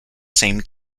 same